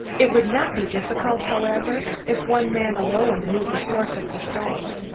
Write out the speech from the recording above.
it would not be difficult, however, if one man alone knew the source of the stones,